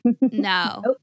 No